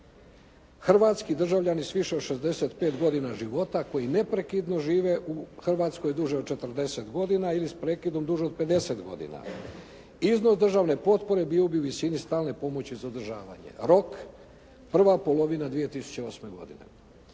Hrvatski državljani sa više od 65 godina života koji neprekidno žive u Hrvatskoj duže od 40 godina ili s prekidom duže od 50 godina. Iznos državne potpore bio bi u visini stalne pomoći za održavanje. Rok prva polovina 2008. godine.“